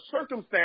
circumstance